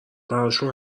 براشون